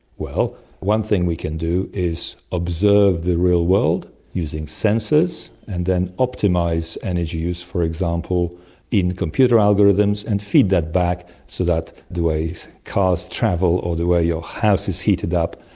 well, one thing we can do is observe the real world using sensors, and then optimise energy use for example in computer algorithms, and feed that back so that the ways cars travel or the way your house is heated up,